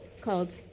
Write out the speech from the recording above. called